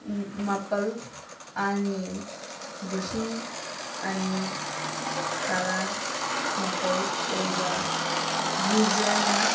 ꯃꯥꯄꯜ ꯑꯅꯤ ꯂꯤꯁꯤꯡ ꯑꯅꯤ ꯇꯔꯥ ꯃꯥꯄꯜ ꯑꯣꯏꯕ ꯌꯨꯖꯔꯅ